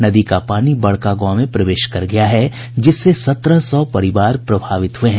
नदी का पानी बड़का गांव में प्रवेश कर गया है जिससे सत्रह सौ परिवार प्रभावित हुए हैं